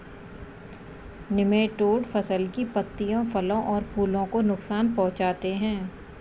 nematode फसल की पत्तियों फलों और फूलों को नुकसान पहुंचाते हैं